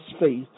faith